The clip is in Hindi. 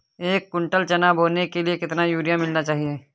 एक कुंटल चना बोने के लिए कितना यूरिया मिलाना चाहिये?